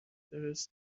درست